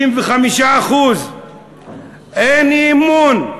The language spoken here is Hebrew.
65% אין אי-אמון.